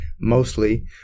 mostly